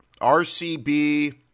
RCB